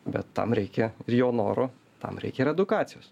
bet tam reikia ir jo noro tam reikia ir edukacijos